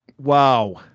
Wow